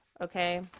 Okay